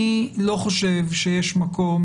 אני לא חושב שיש מקום,